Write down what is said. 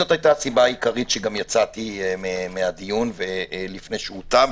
זאת היתה הסיבה העיקרית שיצאתי מהדיון לפני תומו,